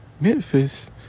Memphis